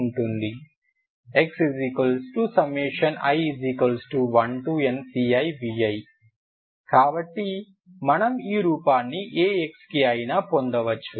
Xi1n ci vi కాబట్టి మనము ఈ రూపాన్ని ఏ X కి అయినా పొందవచ్చు